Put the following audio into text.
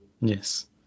Yes